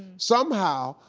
somehow,